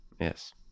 Yes